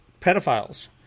pedophiles